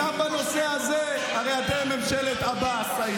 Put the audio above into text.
גם בנושא הזה, הרי אתם הייתם ממשלת עבאס.